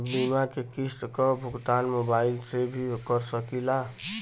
बीमा के किस्त क भुगतान मोबाइल से भी कर सकी ला?